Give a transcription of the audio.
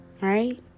Right